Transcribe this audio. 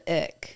ick